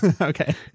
Okay